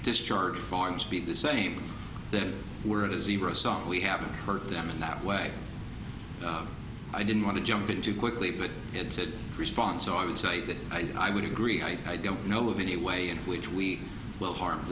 discharge forms be the same there were a zebra song we haven't heard them in that way i didn't want to jump in too quickly but it did respond so i would say that i would agree i don't know of any way in which we will harm